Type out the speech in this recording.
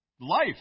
life